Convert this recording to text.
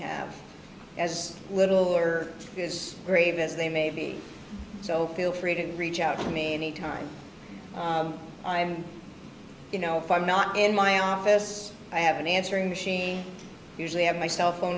have as little or grave as they may be so feel free to reach out to me any time you know if i'm not in my office i have an answering machine usually have my cell phone